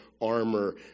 armor